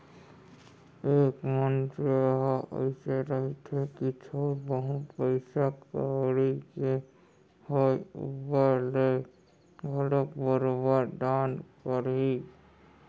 एक मनसे ह अइसे रहिथे कि थोर बहुत पइसा कउड़ी के होय ऊपर ले घलोक बरोबर दान करही